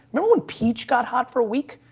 number one, peach got hot for a week.